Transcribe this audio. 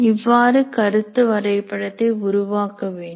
இவ்வாறு கருத்து வரைபடத்தை உருவாக்க வேண்டும்